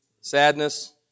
sadness